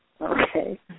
okay